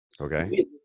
Okay